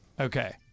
Okay